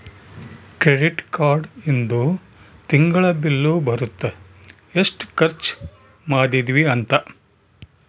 credit card ಇಂದು ತಿಂಗಳ bill ಬರುತ್ತ ಎಸ್ಟ ಖರ್ಚ ಮದಿದ್ವಿ ಅಂತ